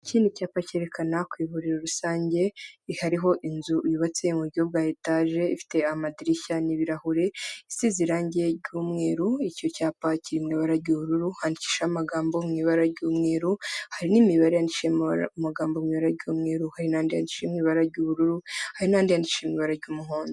Iki ni icyapa cyerekana ku ivuriro rusange hariho inzu yubatse mu buryo bwa etajee ifite amadirishya n'ibirahure, isize irangi ry'umweru icyo cyapa kiri mu ibara ubururu, handikishijeho amagambo mu ibara ry'umweru, hari n'imibare yandkishije amagambo mu ibara ry'umweru hari n'andi yandikishije mu ibaraara ry'ubururu hari n'ayandi yandikishije mu ibbara ry'umuhondo.